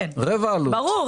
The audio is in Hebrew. ברור,